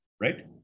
right